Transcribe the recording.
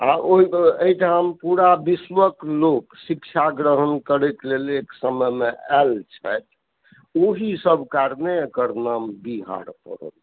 आ एहिठाम पूरा विश्वक लोक शिक्षा ग्रहण करैके लेल एक समयमे आएल छथिओही सब कारणे एकर नाम बिहार पड़ल छै